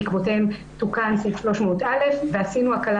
בעקבותיהם תוקן חוק 300א ועשינו הקלה